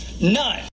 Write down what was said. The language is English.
None